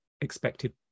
expected